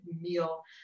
meal